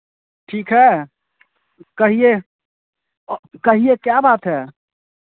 ठीक है कहिए कहिए क्या बात है